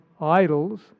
idols